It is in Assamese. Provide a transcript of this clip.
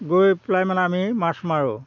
গৈ পেলাই মানে আমি মাছ মাৰোঁ